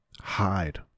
hide